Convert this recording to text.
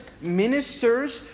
ministers